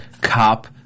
cop